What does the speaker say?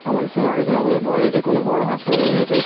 আমাদের সঙ্গে আলোচনা করে বলে যে কোনো বড় হাসপাতালে নিয়ে যেতে